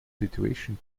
situation